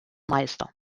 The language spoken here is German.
meister